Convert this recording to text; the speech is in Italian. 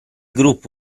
gruppo